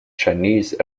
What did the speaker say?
chinese